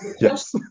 Yes